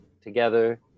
together